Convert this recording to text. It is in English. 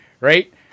right